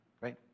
right